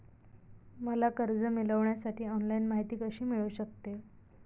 मला कर्ज मिळविण्यासाठी ऑनलाइन माहिती कशी मिळू शकते?